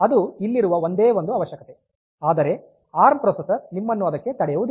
ಅದು ಇಲ್ಲಿರುವ ಒಂದೇ ಒಂದು ಅವಶ್ಯಕತೆ ಆದರೆ ಈ ಎ ಆರ್ ಎಂ ಪ್ರೊಸೆಸರ್ ನಿಮ್ಮನ್ನು ಅದಕ್ಕೆ ತಡೆಯುವುದಿಲ್ಲ